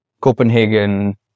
copenhagen